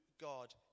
God